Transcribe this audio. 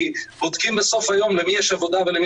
כי בודקים בסוף היום למי יש עבודה ולמי